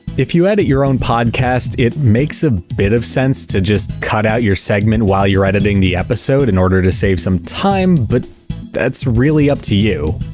if you edit your own podcast, it makes a bit of sense to cut out your segment while you're editing the episode in order to save some time, but that's really up to you.